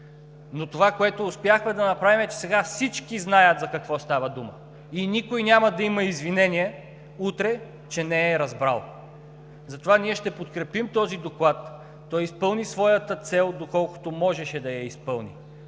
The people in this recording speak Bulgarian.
но това, което успяхме да направим, е, че сега всички знаят за какво става дума и никой няма да има извинение утре, че не е разбрал. Затова ние ще подкрепим този доклад. Той изпълни своята цел, доколкото можеше да я изпълни,